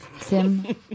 Sim